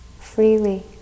freely